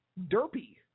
derpy